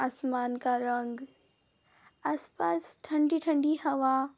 आसमान का रंग आसपास ठंडी ठंडी हवा